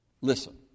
Listen